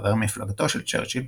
חבר מפלגתו של צ'רצ'יל,